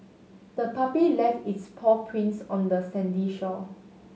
the puppy left its paw prints on the sandy shore